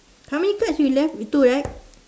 how many card you left with two right